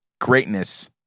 Greatness